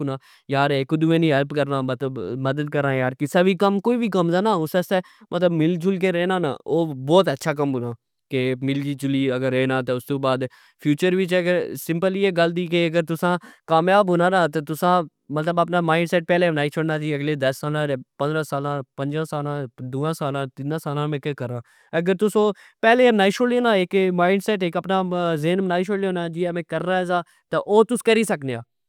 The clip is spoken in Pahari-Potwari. ہونا یار اک دؤے نی ہیلپ کرنا مدد کرنا کسہ وی کم کوئی وی کمدا نا اس تہ مل جل کہ رہنا نا او بوت اچھا کم ہونا کہ ملی جلی رہنا تہ فیوچر وچ اگر سمپل ایہ گل دی کہ اگر تسا کامیاب ہونا نا تہ تساں اپنا مائنڈ سیٹ پہلے بنائی شوڑنا کہ اگلے دس سالاپنجا سالا دوا سالا تنا سالا نا میں کہ کرا اگر تس او پہلے بنائی شوڑنے او نا اہ میں کرنا سا او تس کری سکنے او